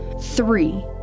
Three